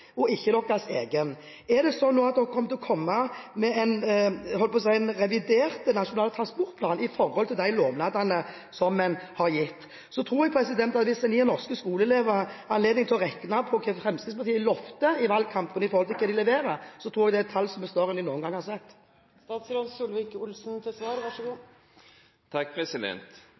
og ikke sin egen. Er det sånn at man vil komme med en revidert nasjonal transportplan med hensyn til de lovnadene som man har gitt? Hvis en gir norske skoleelever anledning til å regne på hva Fremskrittspartiet lovte i valgkampen i forhold til hva de leverer, tror jeg det blir et tall som er større enn de noen gang har sett.